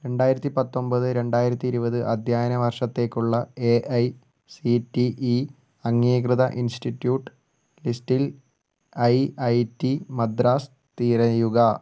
രണ്ടായിരത്തി പത്തൊമ്പത് രണ്ടായിരത്തി ഇരുവത് അധ്യയന വർഷത്തേക്കുള്ള A I C T E അംഗീകൃത ഇൻസ്റ്റിറ്റ്യൂട്ട് ലിസ്റ്റിൽ ഐ ഐ റ്റി മദ്രാസ് തിരയുക